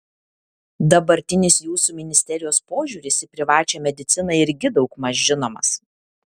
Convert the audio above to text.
dabartinis jūsų ministerijos požiūris į privačią mediciną irgi daugmaž žinomas